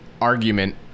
argument